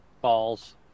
Balls